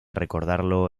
recordarlo